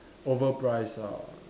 overpriced lah